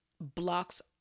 blocks